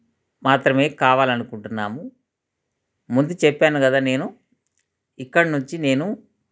మాత్రమే కావాలి అనుకుంటున్నాము ముందు చెప్పాను కదా నేను ఇక్కడ నుంచి నేను